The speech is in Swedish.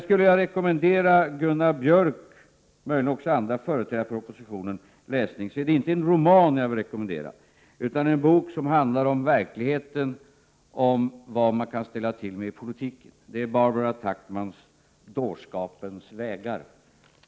Skulle jag rekommendera Gunnar Björk och möjligen också andra företrädare för oppositionen någon läsning är det inte en roman jag vill rekommendera utan en bok som handlar om verkligheten och om vad man kan ställa till med inom politiken: Barbara Tuchmans Dårskapens vägar.